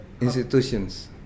Institutions